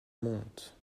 monte